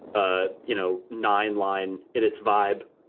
ah you know, nine line it, it's vibe.